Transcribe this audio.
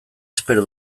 espero